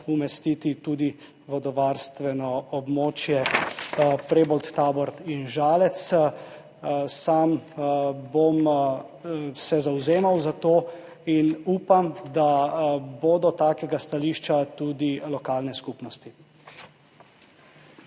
umestiti tudi vodovarstveno območje Prebold, Tabor in Žalec. Sam se bom zavzemal za to in upam, da bodo takega stališča tudi lokalne skupnosti.